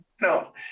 No